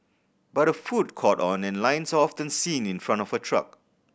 but her food caught on and lines are often seen in front of her truck